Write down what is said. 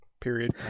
Period